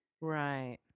right